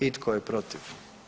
I tko je protiv?